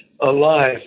alive